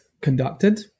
conducted